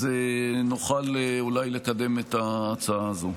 אז נוכל אולי לקדם את ההצעה הזו.